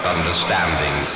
Understanding